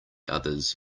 others